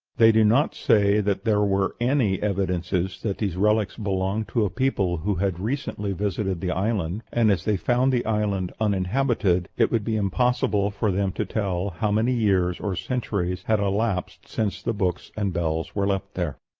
they do not say that there were any evidences that these relics belonged to a people who had recently visited the island and, as they found the island uninhabited, it would be impossible for them to tell how many years or centuries had elapsed since the books and bells were left there.